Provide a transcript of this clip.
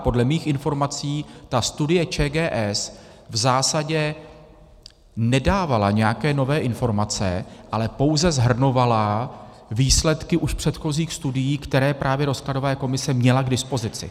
Podle mých informací ta studie ČGS v zásadě nedávala nějaké nové informace, ale pouze shrnovala výsledky předchozích studií, které právě rozkladová komise měla k dispozici.